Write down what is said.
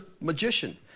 magician